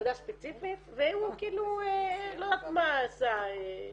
עבודה ספציפית, והוא לא יודעת מה עשה,